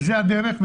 זו הדרך.